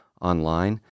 online